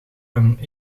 een